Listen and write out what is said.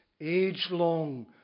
age-long